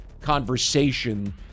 conversation